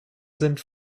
sind